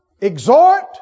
exhort